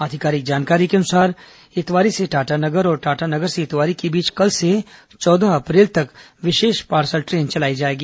आधिकारिक जानकारी के अनुसार इतवारी से टाटानगर और टाटानगर से इतवारी के बीच कल से चौदह अप्रैल तक विशेष पार्सल ट्रेन चलाई जाएगी